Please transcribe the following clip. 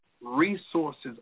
resources